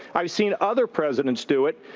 i've seen other presidents do it.